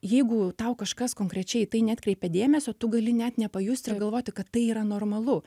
jeigu tau kažkas konkrečiai į tai neatkreipia dėmesio tu gali net nepajust ir galvoti kad tai yra normalu